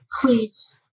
please